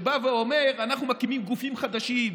שבא ואומר: אנחנו מקימים גופים חדשים,